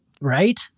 Right